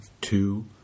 Two